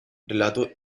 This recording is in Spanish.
relato